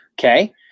Okay